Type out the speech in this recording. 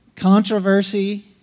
Controversy